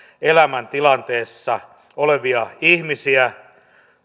elämäntilanteissa olevia ihmisiä